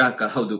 ಗ್ರಾಹಕ ಹೌದು